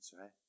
right